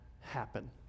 happen